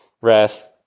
rest